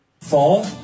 Fall